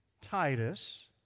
Titus